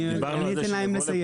אני אתן להם לסיים.